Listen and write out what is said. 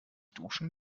duschen